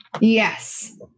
Yes